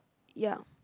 ya